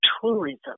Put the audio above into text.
tourism